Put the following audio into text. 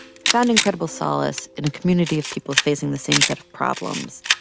found incredible solace in a community of people facing the same set of problems.